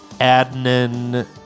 Adnan